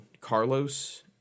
Carlos